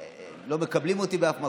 לא מקבלים אותי באף מקום.